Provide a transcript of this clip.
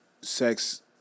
sex